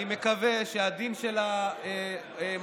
אני מקווה שהדין של המפגינים,